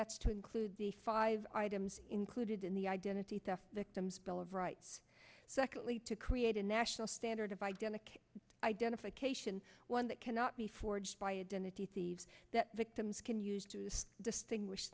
that's to include the five items included in the identity theft victims bill of rights secondly to create a national standard of identity identification one that cannot be forged by a dentist the thieves that victims can use to distinguish